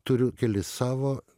turiu kelis savo